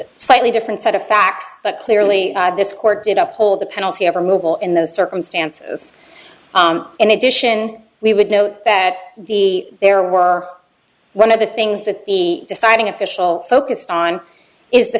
slightly different set of facts that clearly this court did up hold the penalty of removal in those circumstances in addition we would note that the there were one of the things that the deciding official focused on is the